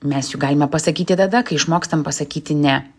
mes jau galime pasakyti tada kai išmokstam pasakyti ne